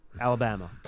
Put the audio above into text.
Alabama